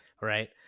right